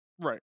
Right